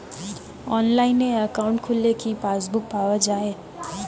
অনলাইনে একাউন্ট খুললে কি পাসবুক পাওয়া যায়?